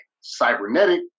cybernetic